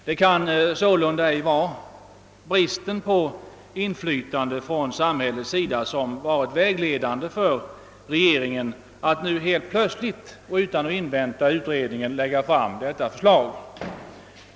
Det kan således inte vara bristen på inflytande från samhällets sida som varit vägledande för regeringen när den nu helt plötsligt, utan att invänta utredningen, lagt fram förslag.